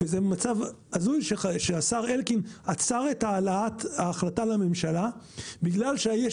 זה מצב הזוי שהשר אלקין עצר את העלאת ההחלטה לממשלה בגלל שיש